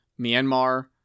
Myanmar